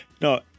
No